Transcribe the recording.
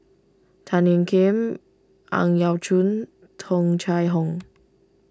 Tan Ean Kiam Ang Yau Choon Tung Chye Hong